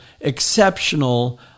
exceptional